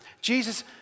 Jesus